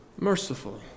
merciful